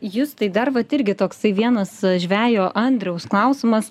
justai dar vat irgi toksai vienas žvejo andriaus klausimas